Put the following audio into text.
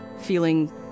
feeling